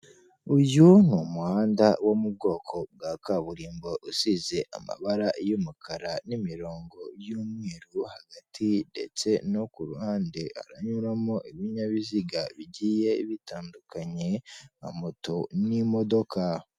Uyu ni umuhanda wo mu bwoko bwa kaburimbo usize amabara y'umukara n'imirongo y'umweru hagati ndetse no ku ruhande, haranyuramo ibinyabiziga bigiye bitandukanye nka moto n'imodoka.